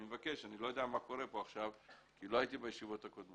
אני מבקש אני לא יודע מה קורה פה עכשיו כי לא הייתי בישיבות הקודמות